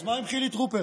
אז מה עם חילי טרופר?